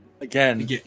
Again